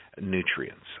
nutrients